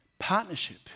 Partnership